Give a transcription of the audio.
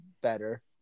better